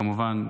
כמובן,